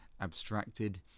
abstracted